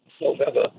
November